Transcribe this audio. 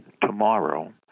tomorrow